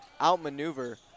outmaneuver